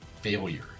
failure